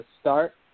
start